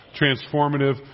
transformative